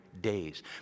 days